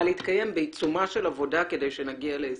להתקיים בעיצומה של עבודה כדי שנגיע להישגים.